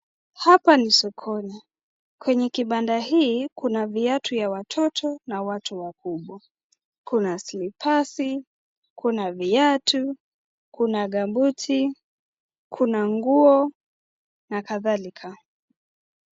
Hapa ni sokoni. Kwenye kibanda hiki, kuna viatu vya watoto na watu wakubwa. Kuna slipasi , kuna viatu, kuna gumbuti , kuna nguo na kadhalika.